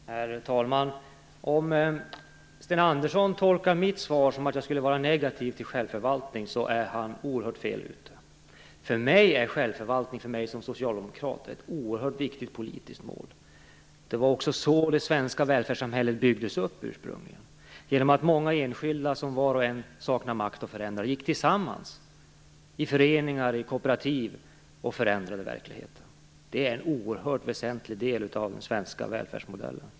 Herr talman! Om Sten Andersson tolkar mitt svar som att jag skulle vara negativ till självförvaltning är han helt fel ute. För mig som socialdemokrat är självförvaltning ett oerhört viktigt politiskt mål. Det var också så det svenska välfärdssamhället ursprungligen byggdes upp. Det skedde genom att många enskilda, som var och en saknade makt att förändra, gick tillsammans i föreningar och kooperativ och förändrade verkligheten. Det är en oerhört väsentlig del av den svenska välfärdsmodellen.